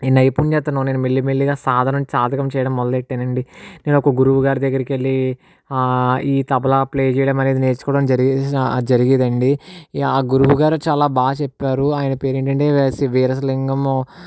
ఈ నైపుణ్యతను నేను మెల్లిమెల్లిగా సాధనం సాధకం చేయడం మొదలు పెట్టాను అండి నేనొక గురువుగారి దగ్గరకు వెళ్ళి ఈ తబలా ప్లే చేయడము అనేది నేర్చుకోవడం జరిగే జరిగేది అండి ఆ గురువుగారు చాలా బాగా చెప్పారు ఆయన పేరేంటంటే సి వీరేశలింగము